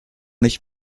nicht